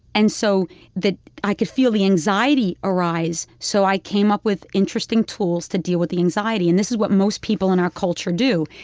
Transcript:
and so i could feel the anxiety arise, so i came up with interesting tools to deal with the anxiety. and this is what most people in our culture do.